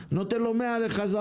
שקל ונותן לו 100 בחזרה.